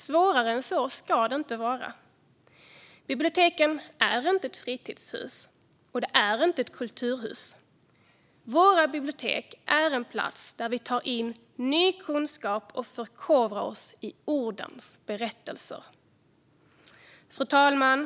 Svårare än så ska det inte vara. Biblioteken är inte fritidshus, och de är inte kulturhus. Våra bibliotek är en plats där vi tar in ny kunskap och förkovrar oss i ordens berättelser. Fru talman!